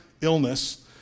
illness